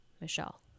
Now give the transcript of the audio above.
Michelle